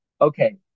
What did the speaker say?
Okay